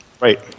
Right